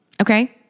okay